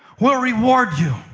will reward you.